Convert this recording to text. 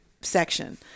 section